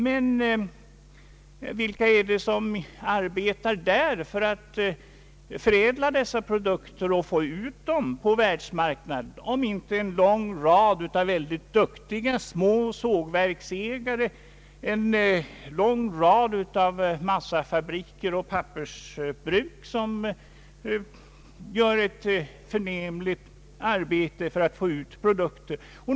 Men vilka är det som arbetar där för att förädla dessa produkter och få ut dem på världsmarknaden, om inte en lång rad av mycket duktiga ägare av små sågverk och en lång rad av ägare till massafabriker och pappersbruk som gör ett förnämligt arbete för att få ut produkterna?